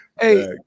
Hey